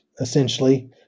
essentially